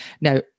Now